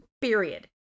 period